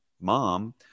mom